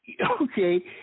okay